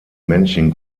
männchen